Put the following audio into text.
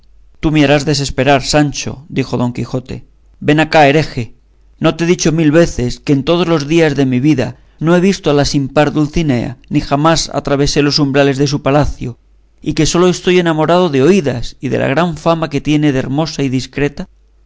harás desesperar sancho dijo don quijote ven acá hereje no te he dicho mil veces que en todos los días de mi vida no he visto a la sin par dulcinea ni jamás atravesé los umbrales de su palacio y que sólo estoy enamorado de oídas y de la gran fama que tiene de hermosa y discreta